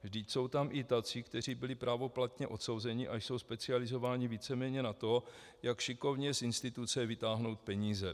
Vždyť jsou tam i tací, kteří byli právoplatně odsouzeni a jsou specializováni víceméně na to, jak šikovně z instituce vytáhnout peníze.